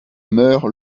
meurt